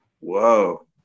Whoa